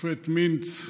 השופט מינץ,